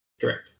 Correct